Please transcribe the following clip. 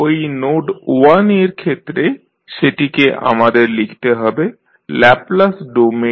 ঐ নোড 1 এর ক্ষেত্রে সেটিকে আমাদের লিখতে হবে ল্যাপলাস ডোমেইনে